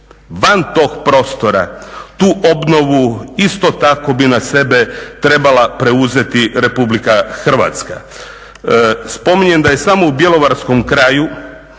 van tog prostora tu obnovu isto tako bi na sebe trebala preuzeti RH. Spominjem samo da je u bjelovarskom kraju